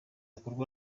gakorwa